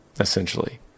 essentially